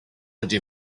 ydy